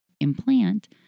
implant